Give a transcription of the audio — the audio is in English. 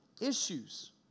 issues